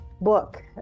book